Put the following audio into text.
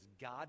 God